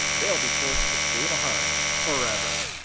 they'll be forced to stay behind, forever.